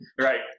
Right